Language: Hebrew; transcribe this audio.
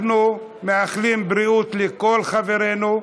אנחנו מאחלים בריאות לכל חברינו,